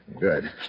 Good